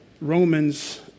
Romans